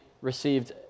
received